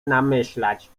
namyślać